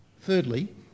Thirdly